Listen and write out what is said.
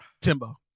Timbo